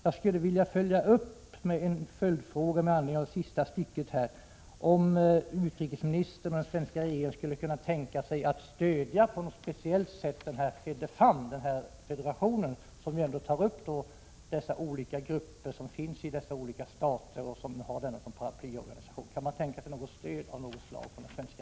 Jag vill framställa en följdfråga med anledning av det sista stycket i svaret: Kan utrikesministern och regeringen tänka sig att på något speciellt sätt stödja federationen FEDEFAM, som arbetar för här berörda organisationer och fungerar som paraplyorganisation för dessa?